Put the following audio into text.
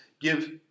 give